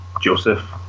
Joseph